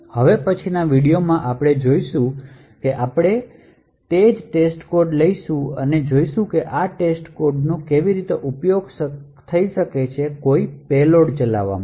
હવે પછીની વિડિઓમાં આપણે જે જોશું તે છે કે આપણે તે જ testcode લઈશું અને જોઈશું કે આપણે આ textcode નો કેવી રીતે ઉપયોગ કરી શકીએ કોઈ પેલોડ ચલાવવા માટે